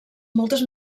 moltes